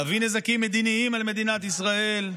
להביא נזקים מדיניים על מדינת ישראל.